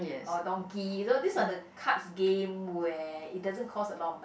or Donkey you know these are the cards game where it doesn't cost a lot of money